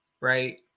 right